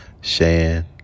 Shan